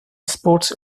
sports